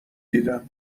دیدم